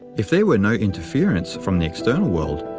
if there were no interference from the external world,